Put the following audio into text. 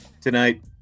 tonight